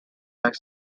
are